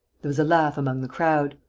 there was a laugh among the crowd.